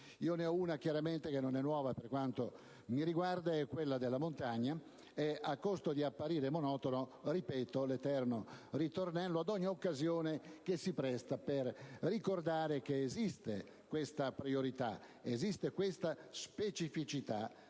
Io ne ho una che non è nuova per quanto mi riguarda, ossia quella della montagna. A costo di apparire monotono, ripeto l'eterno ritornello in ogni occasione che si presta per ricordare che esiste questa priorità, che esiste questa specificità